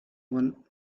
even